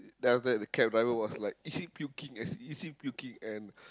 then after that the cab driver was like is he puking is is he puking and